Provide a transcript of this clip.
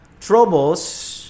troubles